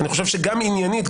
אני חושב שגם עניינית,